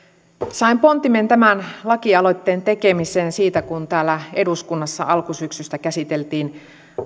sain pontimen tämän lakialoitteen tekemiseen siitä kun täällä eduskunnassa alkusyksystä käsiteltiin